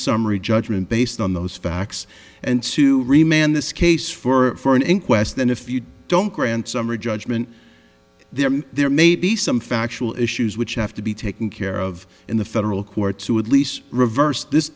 summary judgment based on those facts and to remain in this case for an inquest and if you don't grant summary judgment there there may be some factual issues which have to be taken care of in the federal court to at least reverse this